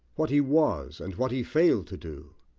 what he was, and what he failed to do,